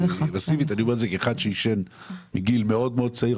אני אומר את זה כאחד שעישן מגיל מאוד מאוד צעיר,